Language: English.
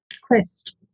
quest